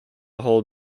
hold